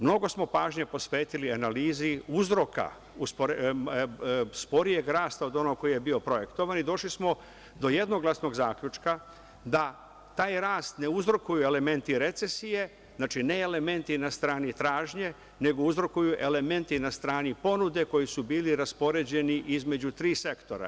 Mnogo smo pažnje posvetili analizi uzroka sporijeg rasta od onoga koji je bio projektovan i došli smo do jednoglasnog zaključka da taj rast ne uzrokuju elementi recesije, ne elementi na strani tražnje, nego uzrokuju elementi na strani ponude koji su bili raspoređeni između tri sektora.